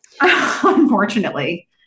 Unfortunately